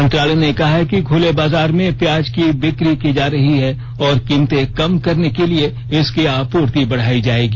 मंत्रालय ने कहा है कि खुले बाजार में प्याज की बिक्री की जा रही है और कीमतें कम करने के लिए इसकी आपूर्ति बढ़ाई जाएगी